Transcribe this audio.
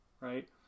right